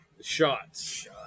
shots